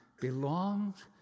belongs